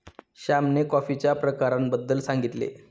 श्यामने कॉफीच्या प्रकारांबद्दल सांगितले